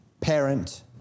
parent